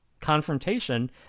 confrontation